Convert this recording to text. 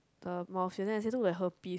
the mouth here then I say look like herpes